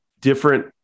different